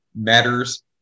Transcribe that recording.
matters